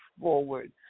forward